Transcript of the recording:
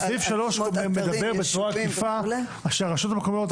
יישובים וכו' --- אבל סעיף 3 מדבר בצורה עקיפה שהרשויות המקומיות,